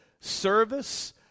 service